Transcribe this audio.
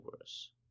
worse